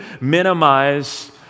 minimize